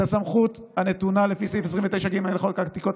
את הסמכות הנתונה לפי סעיף 29(ג) לחוק העתיקות,